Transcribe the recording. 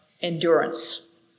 endurance